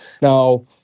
Now